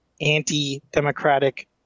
anti-democratic